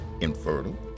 infertile